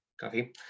coffee